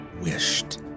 wished